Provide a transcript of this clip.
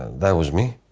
that was me.